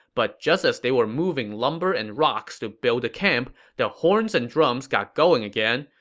but just as they were moving lumber and rocks to build the camp, the horns and drums got going again,